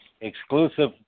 exclusive